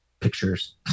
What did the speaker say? pictures